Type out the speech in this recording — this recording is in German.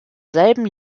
selben